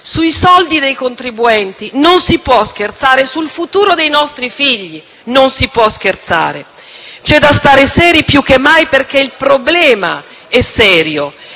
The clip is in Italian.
sui soldi dei contribuenti; non si può scherzare sul futuro dei nostri figli. C'è da stare seri più che mai perché il problema è serio.